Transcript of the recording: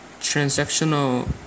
transactional